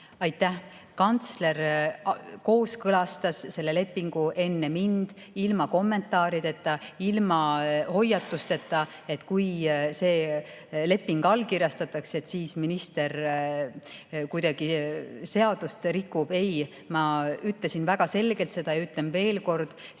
Aitäh! Kantsler kooskõlastas selle lepingu enne mind ilma kommentaarideta, ilma hoiatusteta, et kui see leping allkirjastatakse, siis minister kuidagi seadust rikub. Ma ütlesin väga selgelt ja ütlen veel kord,